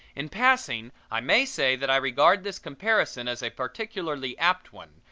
in passing i may say that i regard this comparison as a particularly apt one,